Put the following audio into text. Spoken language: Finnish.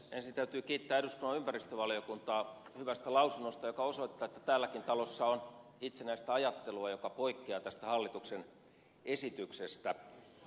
ensin täytyy kiittää eduskunnan ympäristövaliokuntaa hyvästä lausunnosta joka osoittaa että täälläkin talossa on itsenäistä ajattelua joka poikkeaa tästä hallituksen esityksestä